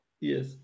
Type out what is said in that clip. Yes